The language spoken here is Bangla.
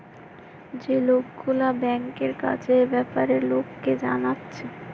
যে লোকগুলা ব্যাংকের কাজের বেপারে লোককে জানাচ্ছে